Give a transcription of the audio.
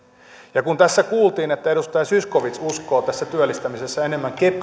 ja kun tässä kuultiin että edustaja zyskowicz uskoo työllistämisessä enemmän